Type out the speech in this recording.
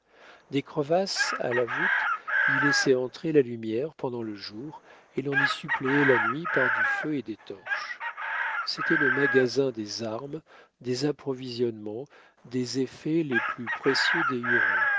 des crevasses à la voûte y laissaient entrer la lumière pendant le jour et l'on y suppléait la nuit par du feu et des torches c'était le magasin des armes des approvisionnements des effets les plus précieux des